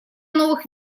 новых